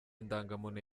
indangamuntu